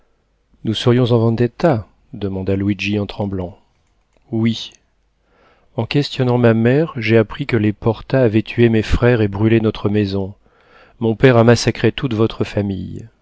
nous serions en vendetta demanda luigi en tremblant oui en questionnant ma mère j'ai appris que les porta avaient tué mes frères et brûlé notre maison mon père a massacré toute votre famille